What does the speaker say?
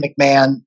McMahon